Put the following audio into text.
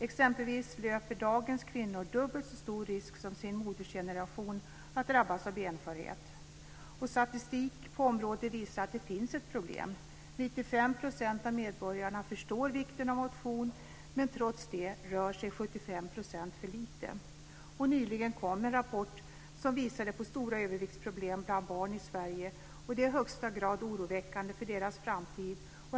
Exempelvis löper dagens kvinnor dubbelt så stor risk som sin modersgeneration att drabbas av benskörhet. Statistik på området visar att det finns ett problem. 95 % av medborgarna förstår vikten av motion, men trots det rör sig 75 % för lite. Nyligen kom en rapport som visade på stora överviktsproblem bland barn i Sverige, och det är i högsta grad oroväckande för deras framtid.